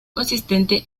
consistente